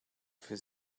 für